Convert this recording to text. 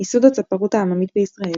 ייסוד הצפרות העממית בישראל